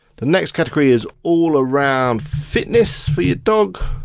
the next category is all around fitness for your dog.